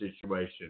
situation